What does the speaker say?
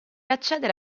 accedere